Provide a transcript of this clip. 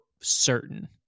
certain